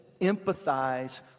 empathize